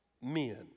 men